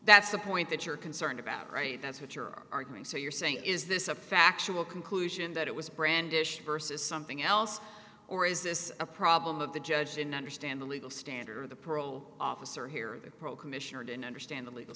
that's the point that you're concerned about right that's what you're arguing so you're saying is this a factual conclusion that it was brandished versus something else or is this a problem of the judge didn't understand the legal standard or the parole officer here the pro commissioner didn't understand the legal